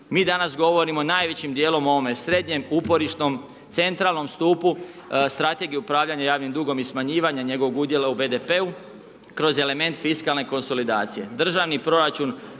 Mi danas govorimo najvećim dijelom o ovome srednjem uporišnom, centralnom stupu strategije upravljanja javnim dugom i smanjivanje njegovog udjela u BDP-u kroz element fiskalne konsolidacije.